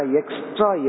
extra